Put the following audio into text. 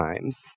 times